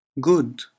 good